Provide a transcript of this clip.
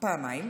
פעמיים.